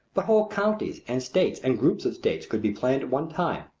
but whole counties and states and groups of states could be planned at one time,